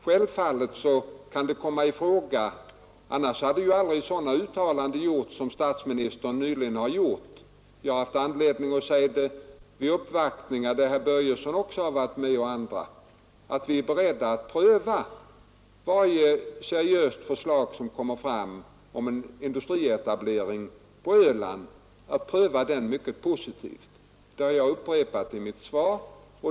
Självfallet kan det komma i fråga; annars hade inte sådana uttalanden gjorts som det statsministern nyligen gjorde. Jag har vid flera uppvaktningar, där även herr Börjesson och andra har varit med, haft anledning att säga att vi är beredda att mycket positivt pröva varje seriöst förslag som kommer fram om en industrietablering till Öland. Det har jag upprepat i mitt svar.